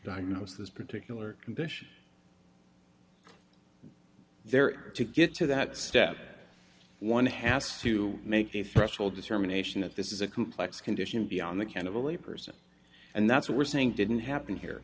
diagnose this particular condition there to get to that step that one has to make a threshold determination that this is a complex condition beyond the ken of a lay person and that's what we're saying didn't happen here